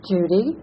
Judy